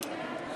מי נגד?